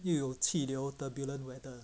又有气流 turbulent weather